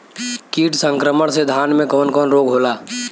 कीट संक्रमण से धान में कवन कवन रोग होला?